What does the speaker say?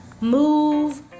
Move